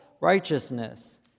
righteousness